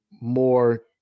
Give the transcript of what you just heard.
more